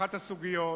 אחת הסוגיות